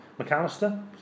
McAllister